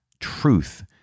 Truth